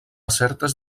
certes